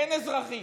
אין אזרחים,